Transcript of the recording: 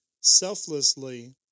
selflessly